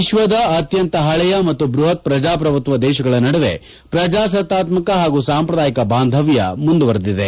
ವಿಶ್ವದ ಅತ್ಯಂತ ಹಳೆಯ ಮತ್ತು ಬೃಹತ್ ಪ್ರಜಾಪ್ರಭುತ್ವ ದೇಶಗಳ ನಡುವೆ ಪ್ರಜಾಸತ್ತಾತ್ಕಕ ಹಾಗೂ ಸಾಂಪ್ರದಾಯಿಕ ಬಾಂಧವ್ದ ಮುಂದುವರೆದಿದೆ